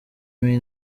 mane